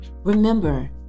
Remember